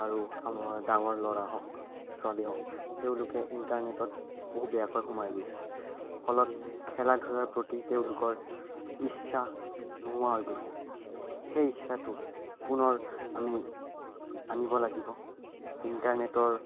আৰু আমাৰ ডাঙৰ ল'ৰা হওক ছোৱালী হওক তেওঁলোকে ইণ্টাৰনেটত বহু বেয়াকৈ সোমাই গৈছে ফলত খেলা ধূলাৰ প্ৰতি তেওঁলোকৰ ইচ্ছা নোহোৱা হৈ গৈছে সেই ইচ্ছাটো পুনৰ আমি আনিব লাগিব ইণ্টাৰনেটৰ